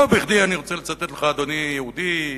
לא בכדי אני רוצה לצטט לך, אדוני, יהודי,